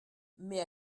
mais